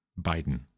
Biden